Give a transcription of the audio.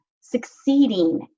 succeeding